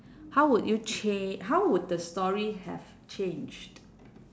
how would you cha~ how would the story have changed